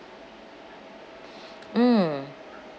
mm